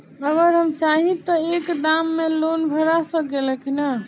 अगर हम चाहि त एक दा मे लोन भरा सकले की ना?